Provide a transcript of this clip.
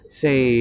say